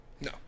No